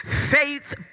Faith